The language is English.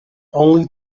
only